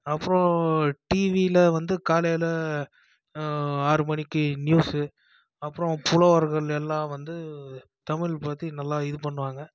அப்போ டிவியில வந்து காலையில் ஆறு மணிக்கு நியூஸு அப்புறம் புலவர்கள் எல்லாம் வந்து தமிழ் பற்றி நல்லா இது பண்ணுவாங்க